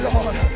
Lord